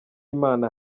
imana